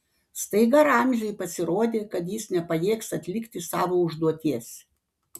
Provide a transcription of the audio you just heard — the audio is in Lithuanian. staiga ramziui pasirodė kad jis nepajėgs atlikti savo užduoties